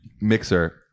mixer